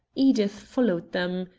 edith followed them.